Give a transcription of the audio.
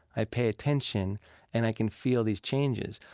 i pay attention and i can feel these changes.